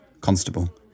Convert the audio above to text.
constable